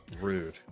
Rude